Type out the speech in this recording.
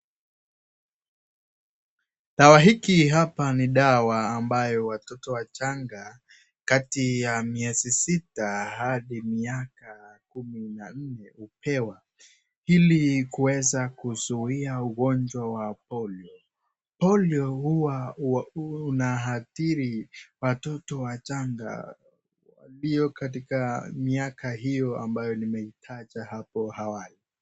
Dawa hiki hapa ni dawa ambayo watoto wachanga kati ya miezi sita hadi miaka kumi na nne hupewa ili kuweza kuzuia ugonjwa wa polio, polio huwa unaadhiri watoto wachanga walio katika miaka hio ambao nimeitaja hapo awali.